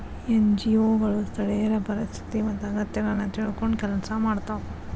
NGO ಗಳು ಸ್ಥಳೇಯರ ಪರಿಸ್ಥಿತಿ ಮತ್ತ ಅಗತ್ಯಗಳನ್ನ ತಿಳ್ಕೊಂಡ್ ಕೆಲ್ಸ ಮಾಡ್ತವಾ